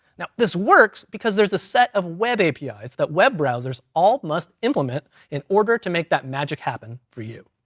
now this works because there's a set of web apis that web browsers all must implement in order to make that magic happen for you.